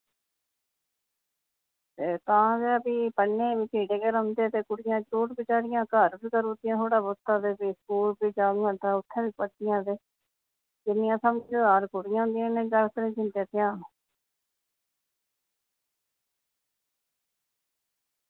ते तां गै भी पढ़ने गी पिछड़े गै रौंह्दे ते कुड़ियां बैचारियां घर बी करी ओड़दियां थोह्ड़ा बोह्त ते फ्ही स्कूल बी जाङन ते उत्थें बी पढ़दियां ते जिन्नियां समझदार कुड़ियां होंदियां इन्ना जागत निं दिंदे ध्यान